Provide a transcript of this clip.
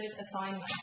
assignment